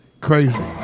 Crazy